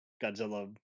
Godzilla